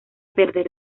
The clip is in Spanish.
perder